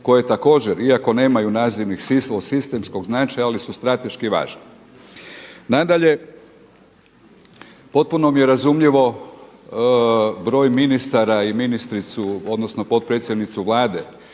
koje također iako nemaju nazivnik sistemskog značaja ali su strateški važne. Nadalje potpuno mi je razumljivo broj ministara i ministricu odnosno potpredsjednicu Vlade.